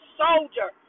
soldier